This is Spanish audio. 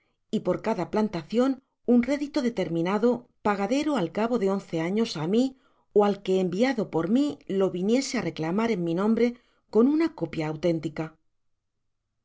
y por cada plantacion un rédito determinado pagadero al cabo de once años á mi ó al que enviado por mi lo viniese á reclamar en mi nombre con una copia auténtica